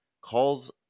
calls